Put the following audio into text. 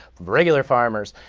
regular farmers?